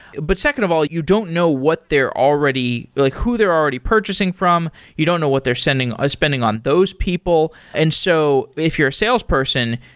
but second of all, you don't know what they're already like who they're already purchasing from, you don't know what they're sending, ah spending on those people. and so if you're a salesperson,